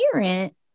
parent